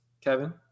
Kevin